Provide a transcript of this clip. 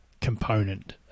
component